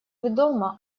ведомо